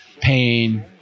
pain